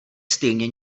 stejně